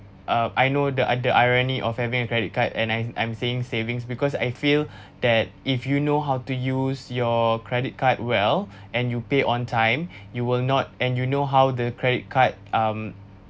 uh I know the i~ the irony of having a credit card and I'm I'm saying savings because I feel that if you know how to use your credit card well and you pay on time you will not and you know how the credit card um